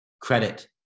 credit